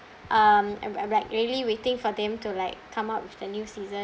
um and rea~ rea~ really waiting for them to like come up with the new season